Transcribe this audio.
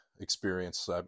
experience